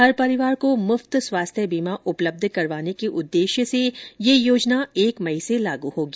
हर परिवार को मुफ्त स्वास्थ्य बीमा उपलब्ध करवाने के उद्देश्य से ये योजना एक मई से लागू होगी